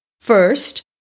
First